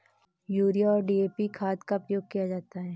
urea और DAP खाद का प्रयोग किया जाता है